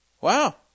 wow